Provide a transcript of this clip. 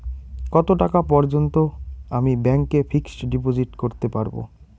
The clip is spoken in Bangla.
কত টাকা পর্যন্ত আমি ব্যাংক এ ফিক্সড ডিপোজিট করতে পারবো?